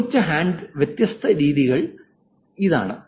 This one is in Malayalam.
ഉപയോഗിച്ച വ്യത്യസ്ത രീതികൾ ഇതാ